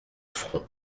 front